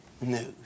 news